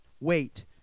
Wait